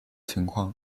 情况